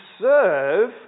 serve